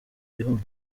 rihumye